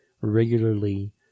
regularly